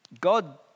God